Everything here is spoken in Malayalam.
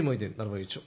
മൊയ്തീൻ നിർവഹിച്ചു